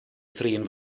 thrin